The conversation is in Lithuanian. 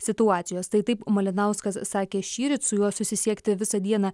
situacijos tai taip malinauskas sakė šįryt su juo susisiekti visą dieną